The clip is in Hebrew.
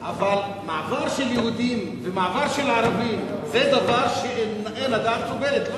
אבל מעבר של יהודים ומעבר של ערבים זה דבר שאין הדעת סובלת.